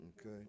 okay